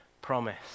promise